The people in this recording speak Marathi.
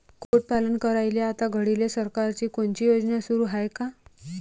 कुक्कुटपालन करायले आता घडीले सरकारची कोनची योजना सुरू हाये का?